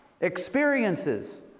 Experiences